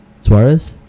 Suarez